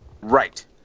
right